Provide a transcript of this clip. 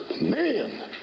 man